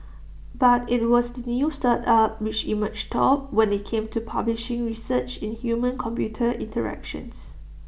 but IT was the new startup which emerged top when IT came to publishing research in humancomputer interactions